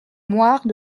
moire